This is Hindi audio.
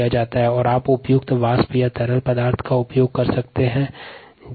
इसके अलावा आप उपयुक्त भाप या द्रव पदार्थ का उपयोग निर्जमिकरण के लिए कर सकते हैं